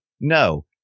no